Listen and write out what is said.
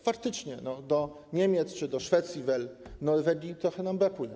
Faktycznie do Niemiec czy do Szwecji vel Norwegii trochę nam brakuje.